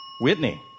Whitney